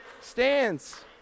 stands